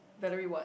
Valerie what